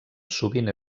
sovint